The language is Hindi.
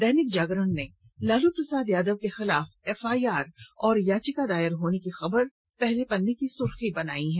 दैनिक जागरण ने लालू प्रसाद यादव के खिलाफ एफआईआर और याचिका दायर होने की खबर को पहले पन्ने की सुर्खियां बनाया है